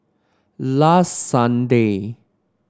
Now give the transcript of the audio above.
last Sunday